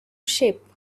shape